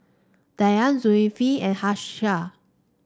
Dian Zulkifli and Hafsa